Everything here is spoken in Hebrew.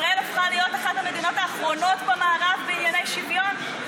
ישראל הפכה להיות אחת המדינות האחרונות במערב בענייני שוויון?